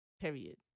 Period